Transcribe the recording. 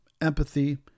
empathy